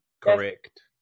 Correct